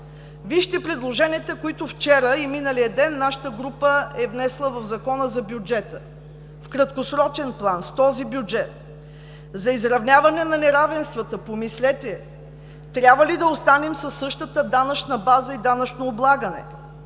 Вижте предложенията, които вчера и миналия ден нашата група е внесла в Закона за бюджета. В краткосрочен план с този бюджет за изравняване на неравенствата, помислете, трябва ли да останем със същата данъчна база и данъчно облагане?